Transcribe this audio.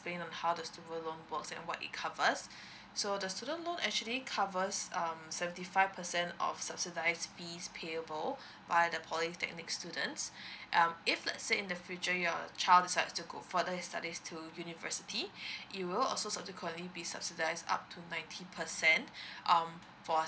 explain on how does loan works and what it covers so the student loan actually covers um seventy five percent of subsidies fees payable by the polytechnic students um if let say in the future your child decided to go further his studies to university it will also subsequently be subsidies up to ninety percent um for a